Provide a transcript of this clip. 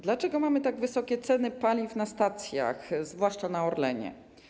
Dlaczego mamy tak wysokie ceny paliw na stacjach, zwłaszcza na Orlenie?